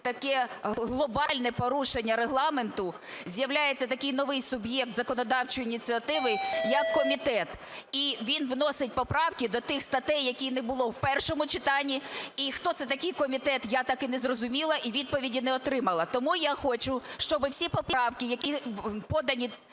таке глобальне порушення Регламенту: з'являється такий новий суб'єкт законодавчої ініціативи, як комітет, і він вносить поправки до тих статей, яких не було в першому читанні. І хто це такий, комітет, я так і не зрозуміла, і відповіді не отримала. Тому я хочу, щоби всі поправки, які подані